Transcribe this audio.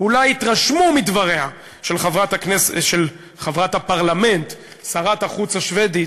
התרשמו מדבריה של חברת הפרלמנט, שרת החוץ השבדית,